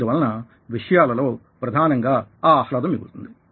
అందువలన విషయాలలో ప్రధానంగా ఆ ఆహ్లాదం మిగులుతుంది